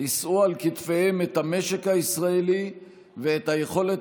יישאו על כתפיהם את המשק הישראלי ואת היכולת